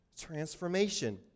transformation